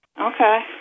Okay